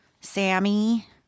Sammy